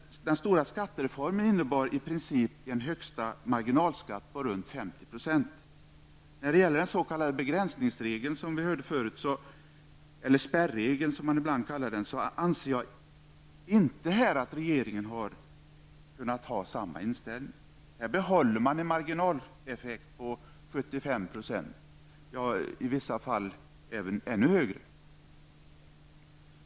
Den stora skattereformen innebar i princip en högsta marginalskatt på ca 50 %. När det gäller den s.k. begränsningsregeln, eller spärregeln som man ibland kallar den, anser jag inte att regeringen har kunnat ha samma inställning. Här behåller man en marginaleffekt på 75 %, i vissa fall ännu högre.